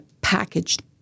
packaged